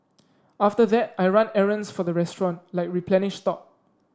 after that I run errands for the restaurant like replenish stock